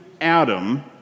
Adam